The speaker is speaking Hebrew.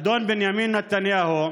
אדון בנימין נתניהו,